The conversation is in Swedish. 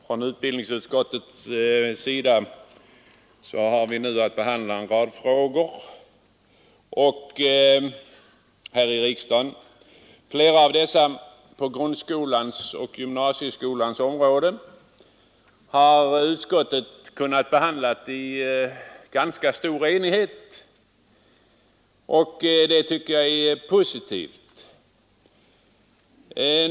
Riksdagen har nu att behandla ett betänkande från utbildningsutskottet. Flera av motionerna på grundskolans och gymnasieskolans område har utskottet kunnat behandla i ganska stor enighet, vilket jag finner tillfredsställande.